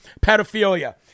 pedophilia